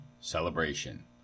celebration